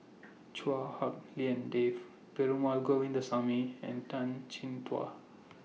Chua Hak Lien Dave Perumal Govindaswamy and Tan Chin Tuan